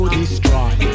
destroy